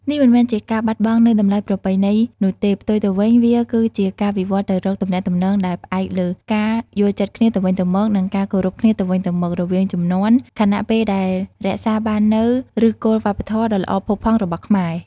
នេះមិនមែនជាការបាត់បង់នូវតម្លៃប្រពៃណីនោះទេ ផ្ទុយទៅវិញ វាគឺជាការវិវឌ្ឍទៅរក ទំនាក់ទំនងដែលផ្អែកលើការយល់ចិត្តគ្នាទៅវិញទៅមក និង ការគោរពគ្នាទៅវិញទៅមក រវាងជំនាន់ ខណៈពេលដែលរក្សាបាននូវ ឫសគល់វប្បធម៌ ដ៏ល្អផូរផង់របស់ខ្មែរ។